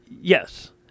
Yes